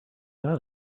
got